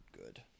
good